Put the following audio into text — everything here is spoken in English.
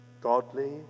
Godly